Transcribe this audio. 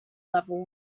level